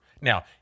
Now